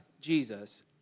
Jesus